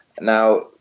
now